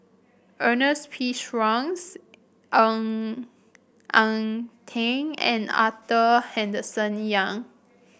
Ernest P Shanks Ng Eng Teng and Arthur Henderson Young